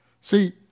See